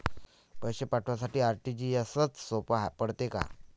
पैसे पाठवासाठी आर.टी.जी.एसचं सोप पडते का?